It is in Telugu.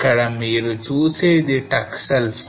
ఇక్కడ మీరు చూసేది Taksal fault